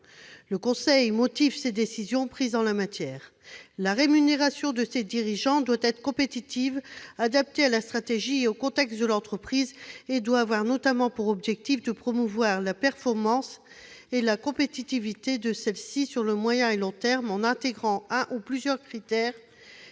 Le conseil motive ses décisions prises en la matière. « La rémunération de ces dirigeants doit être compétitive, adaptée à la stratégie et au contexte de l'entreprise et doit notamment avoir pour objectif de promouvoir sa performance et sa compétitivité sur le moyen et long terme en intégrant un ou plusieurs critères